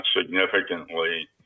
significantly